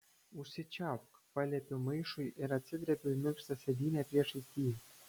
užsičiaupk paliepiu maišui ir atsidrebiu į minkštą sėdynę priešais jį